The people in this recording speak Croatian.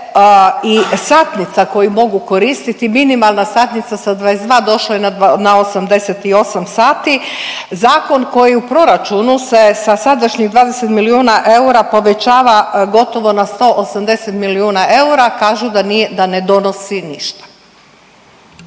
i satnica koju mogu koristiti, minimalna satnica sa 22 došla je na 88 sati. Zakon koji u proračunu se sa sadašnjih 20 milijuna eura povećava gotovo na 180 milijuna eura, kažu da ne donosi ništa.